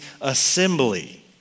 assembly